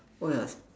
what else